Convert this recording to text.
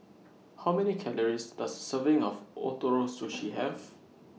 How Many Calories Does Serving of Ootoro Sushi Have